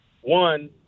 one